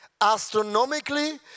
Astronomically